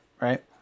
right